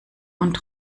und